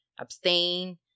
abstain